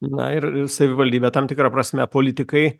na ir savivaldybė tam tikra prasme politikai